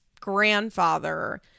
grandfather